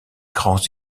grands